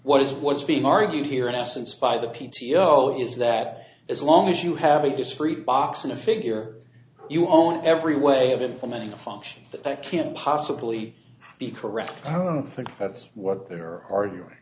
what is what's being argued here in essence by the p t o is that as long as you have a discrete box in a figure you own every way of implementing a function that can't possibly be correct i don't think that's what they're arguing